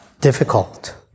difficult